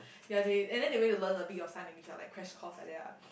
ya they and then they went to learn a bit of sign language ah like crash course like that ah